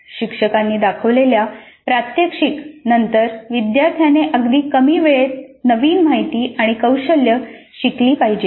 शिक्षकांनी दाखवलेल्या प्रात्यक्षिक नंतर विद्यार्थ्याने अगदी कमी वेळेत नवीन माहिती आणि कौशल्य शिकली पाहिजेत